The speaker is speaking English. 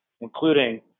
including